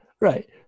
Right